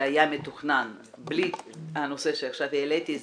שהיה מתוכנן בלי הנושא שעכשיו העליתי,